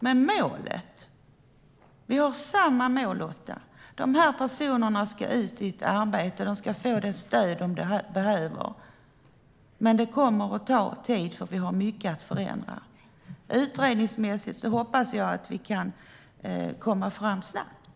Men vi har samma mål, Lotta. De här personerna ska ut i ett arbete och få det stöd de behöver, men det kommer att ta tid, för vi har mycket att förändra. Utredningsmässigt hoppas jag att vi kan komma framåt snabbt.